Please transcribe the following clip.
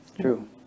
true